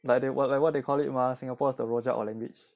like they like what they call it mah singapore is the rojak of language